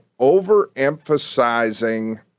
overemphasizing